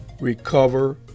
recover